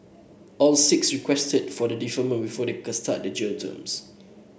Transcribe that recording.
all six requested for deferment before they start their jail terms